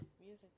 Music